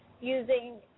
Using